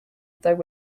though